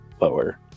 lower